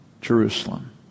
Jerusalem